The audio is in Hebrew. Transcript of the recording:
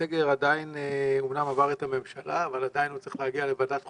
הסגר אמנם קיבל את אישור הממשלה אבל עדיין צריך להגיע לוועדת החוקה,